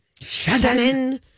Shannon